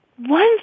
One